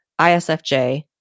ISFJ